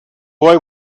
boy